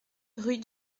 rue